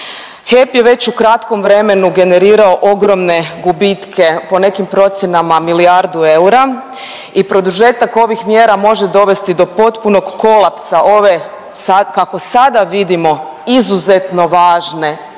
HEP je već u kratkom vremenu generirao ogromne gubitke, po nekim procjenama milijardu eura. I produžetak ovih mjera može dovesti do potpunog kolapsa ove sada kako sada vidimo izuzetno važne